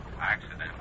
Accident